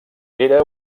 era